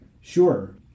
Sure